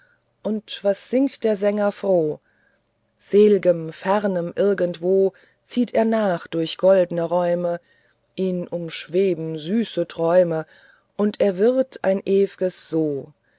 und das singt der sänger froh sel'gem fernem irgendwo zieht er nach durch goldne räume ihn umschweben süße träume und er wird ein ew'ges so